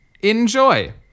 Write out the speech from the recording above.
enjoy